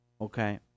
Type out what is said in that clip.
Okay